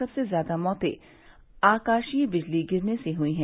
सबसे ज्यादा मौतें आकाशीय बिजली गिरने से हई है